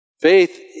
Faith